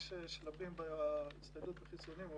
יש שלבים בהצטיידות בחיסונים,